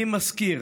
אני מזכיר